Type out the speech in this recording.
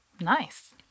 Nice